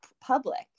public